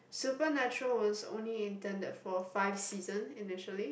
Supernatural was only intended for five season initially